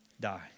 die